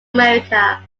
america